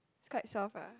is quite self lah